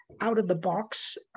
out-of-the-box